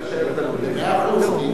במאה אחוז,